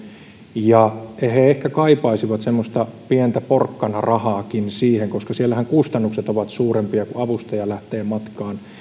ja he ehkä kaipaisivat semmoista pientä porkkanarahaakin siihen koska siellähän kustannukset ovat suurempia kun avustaja lähtee matkaan